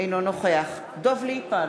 אינו נוכח דב ליפמן,